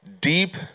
deep